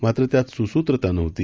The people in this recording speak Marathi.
मात्र त्यात सुसूत्रता नव्हती